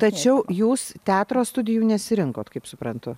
tačiau jūs teatro studijų nesirinkot kaip suprantu